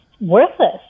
Worthless